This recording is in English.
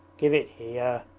give it here